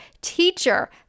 teacher